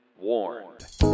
warned